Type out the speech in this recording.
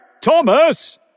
Thomas